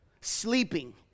sleeping